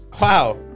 Wow